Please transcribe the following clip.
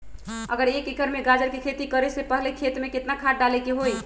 अगर एक एकर में गाजर के खेती करे से पहले खेत में केतना खाद्य डाले के होई?